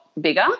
bigger